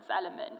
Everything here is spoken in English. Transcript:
element